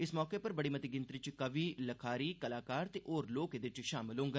इस मौके पर बड़ी मती गिनत्री च कवि लखारी कलाकार ते लोक एह्दे च शामल होंडन